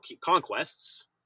conquests